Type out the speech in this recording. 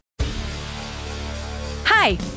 Hi